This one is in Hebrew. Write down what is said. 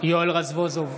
יואל רזבוזוב,